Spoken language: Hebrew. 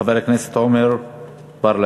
חבר הכנסת עמר בר-לב.